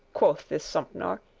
quoth this sompnour,